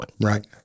Right